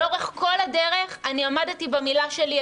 לאורך כל הדרך עמדתי במילה שלי,